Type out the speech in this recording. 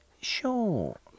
Sure